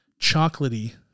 chocolatey